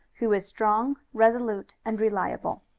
who was strong, resolute and reliable.